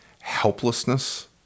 helplessness